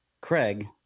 Craig